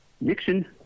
Nixon